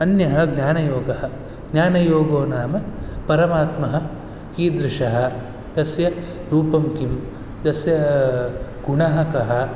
अन्यः ज्ञानयोगः ज्ञानयोगो नाम परमात्मः कीदृशः तस्य रूपं किं तस्य गुणः कः